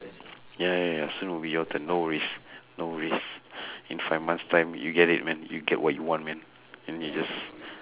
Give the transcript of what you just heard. ya ya ya soon will be your turn no worries no worries in five months time you get it man you get what you want man then you just